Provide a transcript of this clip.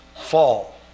fall